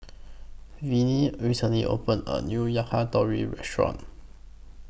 Viney recently opened A New Yakitori Restaurant